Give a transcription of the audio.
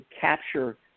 capture